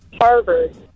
harvard